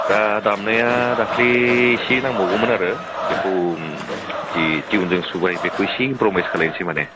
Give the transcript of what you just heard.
दा दामनाया दाखालै इसे नांबावगौमोन आरो बेखौ जि टिउनजों सुबाय बेखौ इसे कन्प्रमाइस खालामलोसै माने